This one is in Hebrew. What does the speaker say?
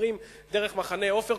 מתחברים דרך מחנה עופר,